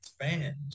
fans